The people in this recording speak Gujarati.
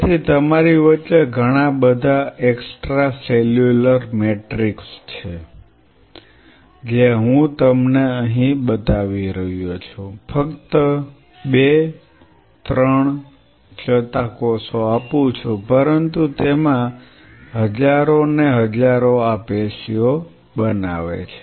તેથી તમારી વચ્ચે ઘણા બધા એક્સ્ટ્રા સેલ્યુલર મેટ્રિક્સ છે જે હું તમને અહીં બતાવી રહ્યો છું ફક્ત 2 3 ચેતાકોષો આપું છું પરંતુ તેમાં હજારો ને હજારો આ પેશીઓ બનાવે છે